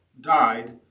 died